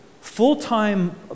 full-time